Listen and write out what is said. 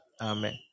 amen